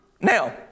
Now